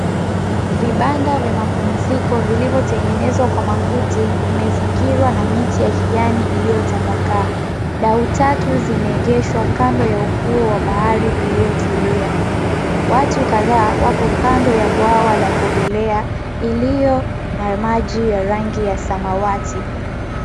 Vibanda vya mapumziko vilivyotengenezwa kwa makuti vimezingirwa na miti ya kijani iliyo tapakaa, dau tatu zimeegeshwa kando ya ufuo wa bahari iliyotulia, watu kadhaa wako kando ya bwawa la kuogelea iliyo na maji ya rangi ya samawati.